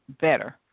better